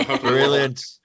Brilliant